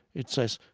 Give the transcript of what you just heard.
it says,